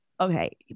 okay